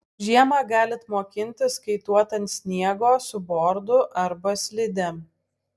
žiemą galit mokintis kaituot ant sniego su bordu arba slidėm